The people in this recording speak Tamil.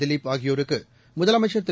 திலிப் ஆகியோருக்கு முதலமைச்சர் திரு